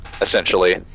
Essentially